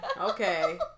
Okay